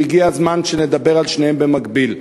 והגיע הזמן שנדבר על שניהם במקביל.